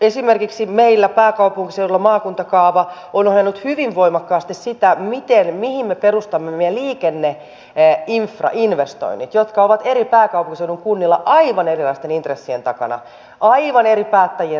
esimerkiksi meillä pääkaupunkiseudulla maakuntakaava on ohjannut hyvin voimakkaasti sitä mihin me perustamme meidän liikenneinfrainvestoinnit jotka ovat eri pääkaupunkiseudun kunnilla aivan erilaisten intressien takana aivan eri päättäjien takana